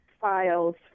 files